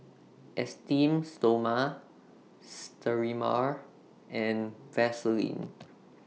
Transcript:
Esteem Stoma Sterimar and Vaselin